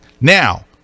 Now